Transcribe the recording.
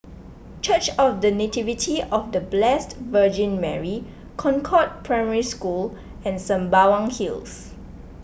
Church of the Nativity of the Blessed Virgin Mary Concord Primary School and Sembawang Hills